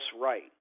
right